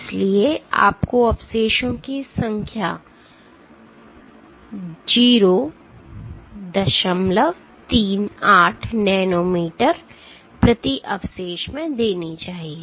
इसलिए आपको अवशेषों की संख्या प्रति गुणा 038 नैनोमीटर प्रति अवशेष में देनी चाहिए